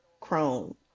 crone